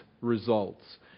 results